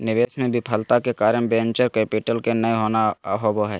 निवेश मे विफलता के कारण वेंचर कैपिटल के नय होना होबा हय